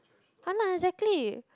!han nah! exactly